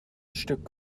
stück